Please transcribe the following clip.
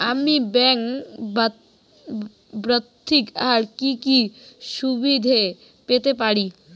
আমি ব্যাংক ব্যথিত আর কি কি সুবিধে পেতে পারি?